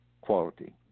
quality